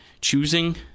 choosing